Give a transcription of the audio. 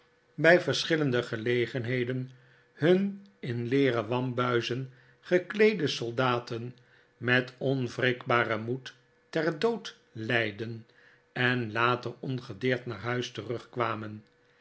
bij verschillende gelegenheden hun in leeren wambuizen gekleede soldaten met onwrikbaren moed ter dood leidden en later ongedeerd naar huis terugkwamen